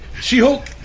She-Hulk